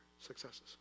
successes